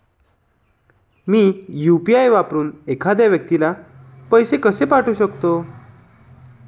मी UPI वापरून एखाद्या व्यक्तीला पैसे कसे पाठवू शकते?